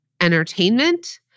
entertainment